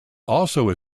also